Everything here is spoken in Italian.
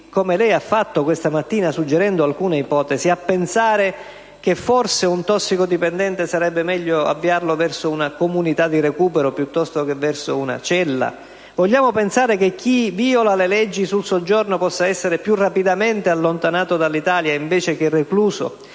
come lei ha fatto questa mattina suggerendo alcune ipotesi, a pensare che, forse, un tossicodipendente sarebbe meglio avviarlo verso una comunità di recupero, piuttosto che verso una cella? Vogliamo pensare che chi viola le leggi sul soggiorno possa essere più rapidamente allontanato dall'Italia invece che recluso?